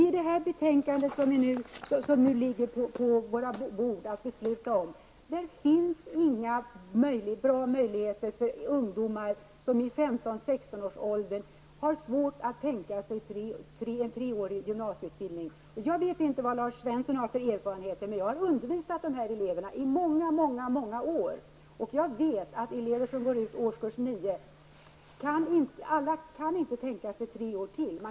I det betänkande som nu ligger på våra bord och som vi skall besluta om, finns inga bra möjligheter för ungdomar som i 15--16-årsåldern har svårt att tänka sig en treårig gymnasieutbildning. Jag vet inte vilka erfarenheter Lars Svensson har, men jag har undervisat elever i dessa åldersgrupper i många, många år. Jag vet att när det gäller de elever som går ut årskurs 9 kan inte alla tänka sig tre års studier till.